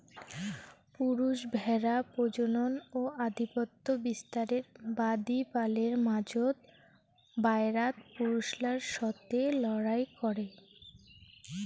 পুরুষ ভ্যাড়া প্রজনন ও আধিপত্য বিস্তারের বাদী পালের মাঝোত, বায়রাত পুরুষলার সথে লড়াই করে